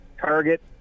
target